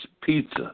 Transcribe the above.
pizza